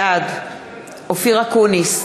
בעד אופיר אקוניס,